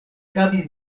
havis